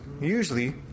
Usually